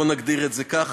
בואו נגדיר את זה כך.